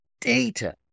Data